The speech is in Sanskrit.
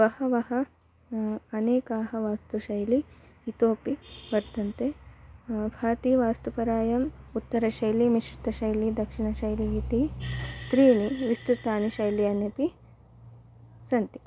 बहवः अनेकाः वास्तुशैली इतोपि वर्तन्ते भारतीयवास्तुपरायाम् उत्तरशैली मिश्रितशैली दक्षिणशैली इति त्रीणि विस्तृतानि शैल्यान्यपि सन्ति